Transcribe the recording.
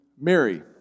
Mary